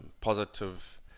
positive